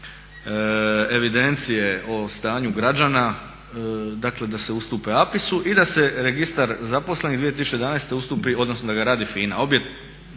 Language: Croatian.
evidencije o stanju građana dakle da se ustupe APIS-u i da se registar zaposlenih 2011. ustupi, odnosno da ga radi FINA,